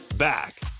back